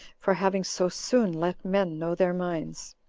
for having so soon let men know their minds.